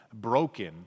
broken